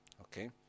Okay